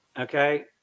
okay